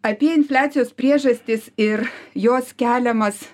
apie infliacijos priežastis ir jos keliamas